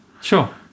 Sure